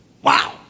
Wow